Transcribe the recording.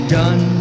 done